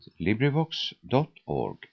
LibriVox.org